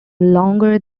longer